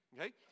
okay